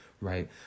right